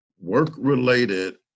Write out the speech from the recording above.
work-related